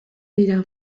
dira